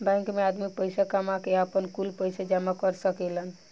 bank मे आदमी पईसा कामा के, आपन, कुल पईसा जामा कर सकेलन